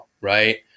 right